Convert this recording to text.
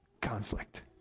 conflict